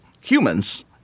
humans